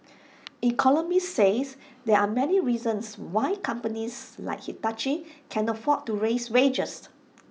economists say there are many reasons why companies like Hitachi can afford to raise wages